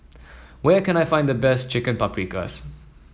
where can I find the best Chicken Paprikas